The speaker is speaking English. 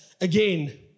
again